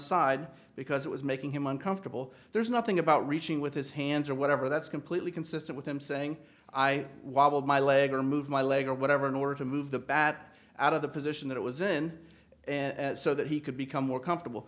side because it was making him uncomfortable there's nothing about reaching with his hands or whatever that's completely consistent with him saying i wobbled my leg or move my leg or whatever in order to move the bat out of the position that it was in so that he could become more comfortable